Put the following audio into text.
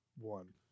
one